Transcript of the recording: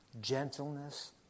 gentleness